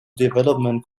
development